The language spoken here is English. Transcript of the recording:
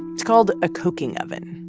it's called a coking oven.